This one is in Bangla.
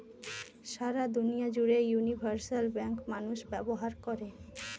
সারা দুনিয়া জুড়ে ইউনিভার্সাল ব্যাঙ্ক মানুষ ব্যবহার করে